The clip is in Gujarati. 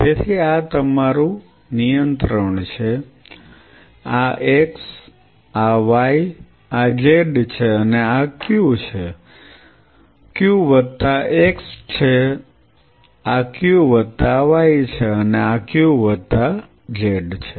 તેથી આ તમારું નિયંત્રણ છે આ x આ y આ z છે અને આ Q છે આ Q વત્તા x છે આ Q વત્તા y છે અને આ Q વત્તા z છે